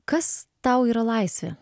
kas tau yra laisvė